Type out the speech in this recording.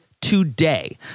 today